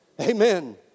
Amen